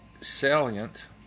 salient